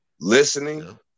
Listening